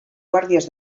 guàrdies